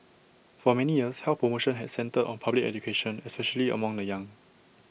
for many years health promotion had centred on public education especially among the young